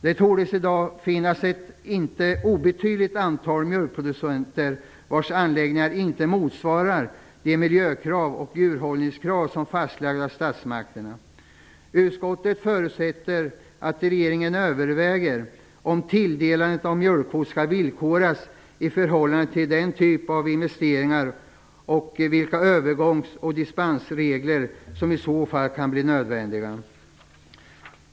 Det torde i dag finnas ett inte obetydligt antal mjölkproducenter vars anläggningar inte motsvarar de miljökrav och djurhållningskrav som fastlagts av statsmakterna. Utskottet förutsätter att regeringen överväger om tilldelandet av mjölkkvot skall villkoras i förhållande till denna typ av investeringar och vilka övergångs och dispensregler som i så fall kan bli nödvändiga.